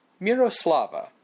Miroslava